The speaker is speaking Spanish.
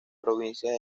provincias